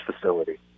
facility